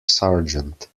sergeant